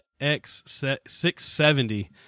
X670